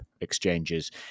exchanges